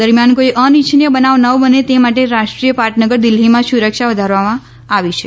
દરમિયાન કોઇ અનિચ્છનીય બનાવ ન બને તે માટે રાષ્ટ્રીય પાટનગર દિલ્હીમાં સુરક્ષા વધારવામાં આવી છે